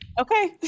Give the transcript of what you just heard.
okay